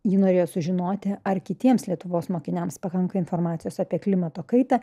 ji norėjo sužinoti ar kitiems lietuvos mokiniams pakanka informacijos apie klimato kaitą